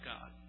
God